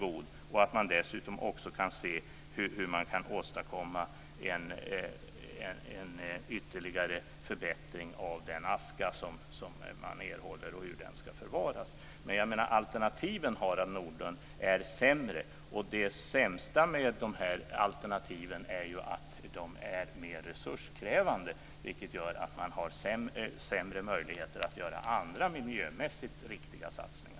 Man kan dessutom se på hur man kan åstadkomma en ytterligare förbättring av den aska som man erhåller och på hur denna ska förvaras. Jag menar att alternativen är sämre, Harald Nordlund. Och det sämsta med alternativen är att de är mer resurskrävande, vilket gör att man har sämre möjligheter att göra andra miljömässigt riktiga satsningar.